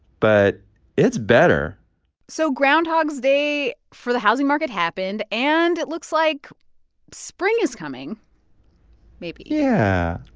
but it's better so groundhog's day for the housing market happened, and it looks like spring is coming maybe yeah.